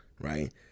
right